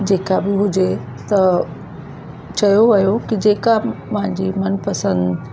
जेका बि हुजे त चयो वयो कि जेका मांजी मनपसंद